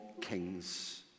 kings